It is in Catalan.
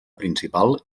principal